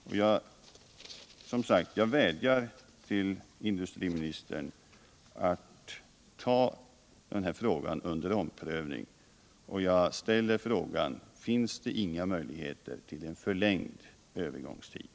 Jag vädjar, som sagt, till industriministern att ta denna fråga under omprövning, och jag ställer frågan: Finns det inga möjligheter till en förlängd Öövergångstid”